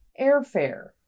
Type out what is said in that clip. Airfare